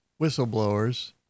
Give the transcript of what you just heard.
whistleblowers